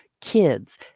kids